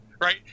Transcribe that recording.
right